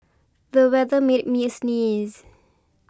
the weather made me sneeze